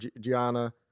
Gianna